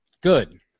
Good